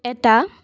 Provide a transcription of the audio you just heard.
এটা